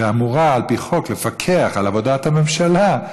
שאמורה על פי חוק לפקח על עבודת הממשלה,